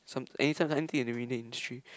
some anytime anything in the media industry